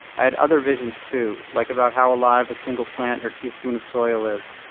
i had other visions too, like about how alive a single plant or teaspoon of soil is,